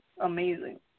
amazing